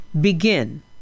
begin